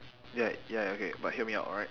ya ya okay but hear me out alright